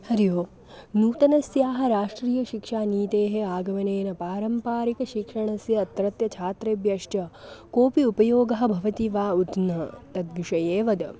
हरिः ओं नूतनस्याः राष्ट्रियशिक्षानीतेः आगमनेन पारम्परिकशिक्षणस्य अत्रत्येभ्यः छात्रेभ्यश्च कोऽपि उपयोगः भवति वा उत न तद्विषये वद